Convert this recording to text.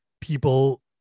people